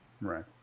Right